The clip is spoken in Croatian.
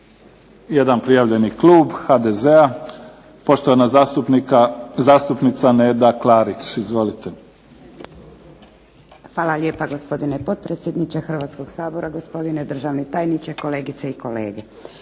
Jedan prijavljeni klub HDZ-a. poštovana zastupnica Neda Klarić. Izvolite. **Klarić, Nedjeljka (HDZ)** Hvala lijepa gospodine potpredsjedniče Hrvatskog sabora, gospodine državni tajniče, kolegice i kolege.